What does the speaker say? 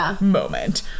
moment